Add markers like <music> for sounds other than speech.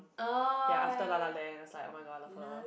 <noise> ya after La La Land I was like oh-my-god I love her